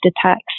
attacks